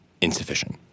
insufficient